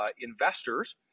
investors